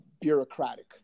bureaucratic